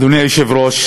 אדוני היושב-ראש,